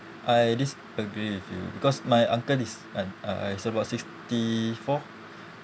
I disagree with you because my uncle is um uh he's about fifty four